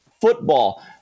football